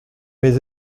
mes